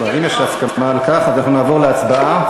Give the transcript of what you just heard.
אם יש הסכמה על כך, אנחנו נעבור להצבעה.